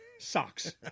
socks